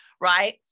right